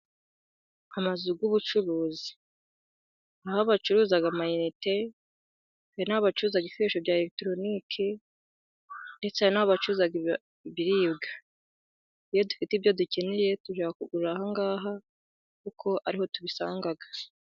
Amazu y'ubucuruzi, aho bacururiza amayinite. Hari n'aho bacururiza ibikoresho bya elegitoronike, ndetse n'abacuruza ibiribwa. Iyo dufite ibyo dukeneye, tujya kugura aha ngaha, kuko ariho tubisanga.